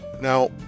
Now